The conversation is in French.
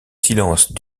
silence